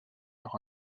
leur